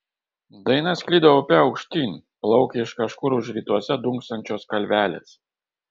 daina sklido upe aukštyn plaukė iš kažkur už rytuose dunksančios kalvelės